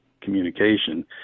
communication